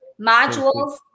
Modules